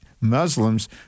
Muslims